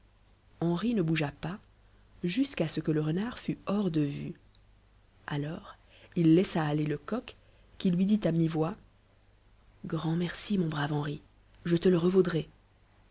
henri ne bougea pas jusqu'à ce que le renard fût hors de vue alors il laissa aller le coq qui lui dit à mi-voix grand merci mon brave henri je te le revaudrai